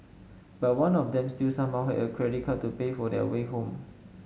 but one of them still somehow had a credit card to pay for their way home